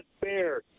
fair